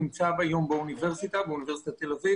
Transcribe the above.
אני נמצא היום באוניברסיטת תל אביב,